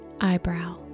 eyebrow